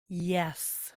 yes